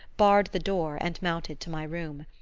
barred the door and mounted to my room.